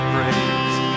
Praise